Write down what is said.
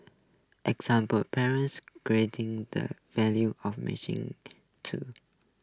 example parents greeting the value of machine too